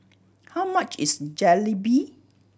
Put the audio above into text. how much is Jalebi